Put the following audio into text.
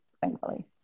thankfully